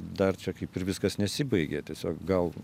dar čia kaip ir viskas nesibaigia tiesiog gal